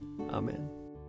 Amen